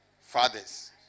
fathers